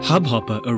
Hubhopper